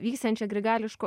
vyksiančią grigališko